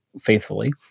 faithfully